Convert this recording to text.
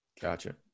gotcha